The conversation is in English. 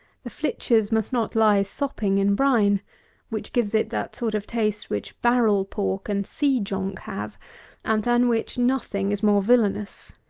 the flitches must not lie sopping in brine which gives it that sort of taste which barrel-pork and sea-jonk have, and than which nothing is more villanous.